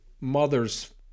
mother's